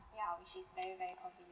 ya which is very very convenient